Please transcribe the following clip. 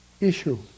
issue